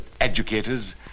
educators